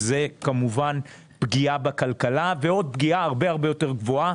זה כמובן פגיעה בכלכלה ועוד פגיעה הרבה-הרבה יותר גבוהה